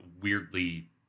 weirdly